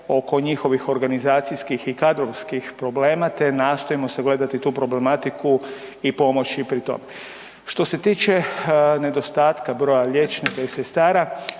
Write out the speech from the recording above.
oko njihovih organizacijskih i kadrovskih problema te nastojimo sagledati tu problematiku i pomoći pri tome. Što se tiče nedostatka broja liječnika i sestara,